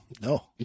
No